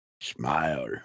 smile